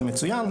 זה מצוין,